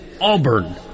Auburn